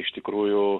iš tikrųjų